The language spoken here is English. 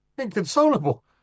Inconsolable